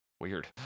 Weird